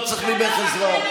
לא צריך ממך עזרה.